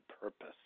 purpose